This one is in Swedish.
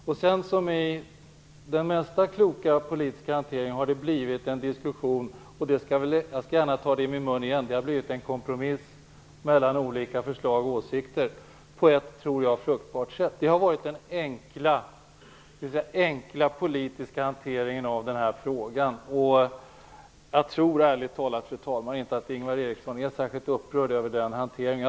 Liksom i klok politisk hantering i övrigt har det blivit en diskussion, och det har blivit en - låt mig gärna ta det ordet i min mun igen - kompromiss mellan olika förslag och åsikter på ett som jag tror fruktbart sätt. Det har varit den enkla politiska hanteringen av denna fråga. Jag tror ärligt talat, fru talman, inte att Ingvar Eriksson är särskilt upprörd över den hanteringen.